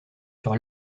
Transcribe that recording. sur